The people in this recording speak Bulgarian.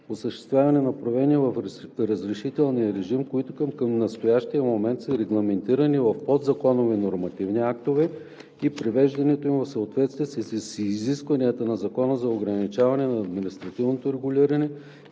осъществяване на промени в разрешителните режими, които към настоящия момент са регламентирани в подзаконови нормативни актове и привеждането им в съответствие с изискванията на Закона за ограничаване на административното регулиране